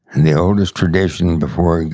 and the oldest tradition before it